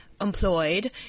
employed